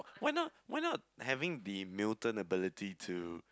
why not why not having the mutant ability to